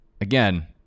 again